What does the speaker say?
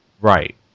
Right